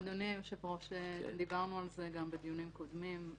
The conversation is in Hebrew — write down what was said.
אדוני היושב-ראש, דיברנו על זה גם בדיונים קודמים.